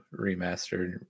remastered